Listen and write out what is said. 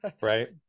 Right